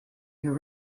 your